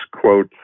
quote